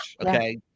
Okay